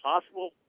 possible